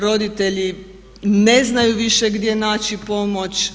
Roditelji ne znaju više gdje naći pomoć.